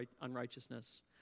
unrighteousness